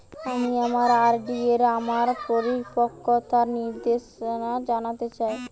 আমি আমার আর.ডি এর আমার পরিপক্কতার নির্দেশনা জানতে চাই